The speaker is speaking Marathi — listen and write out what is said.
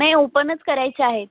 नाही ओपनच करायचे आहे